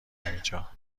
اینجا